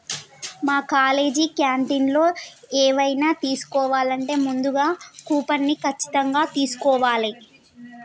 మా కాలేజీ క్యాంటీన్లో ఎవైనా తీసుకోవాలంటే ముందుగా కూపన్ని ఖచ్చితంగా తీస్కోవాలే